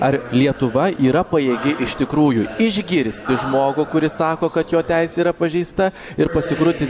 ar lietuva yra pajėgi iš tikrųjų išgirsti žmogų kuris sako kad jo teisė yra pažeista ir pasikrutint